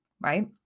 right